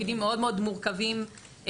בתפקידים מאוד מאוד מורכבים פנימית,